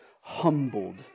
humbled